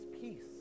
peace